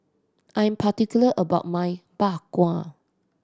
I am particular about my Bak Kwa